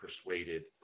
persuaded